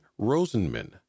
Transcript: Rosenman